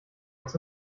uns